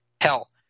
Hell